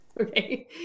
Okay